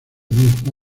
mismo